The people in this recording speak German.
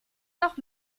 noch